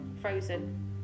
frozen